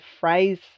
phrase